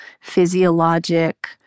physiologic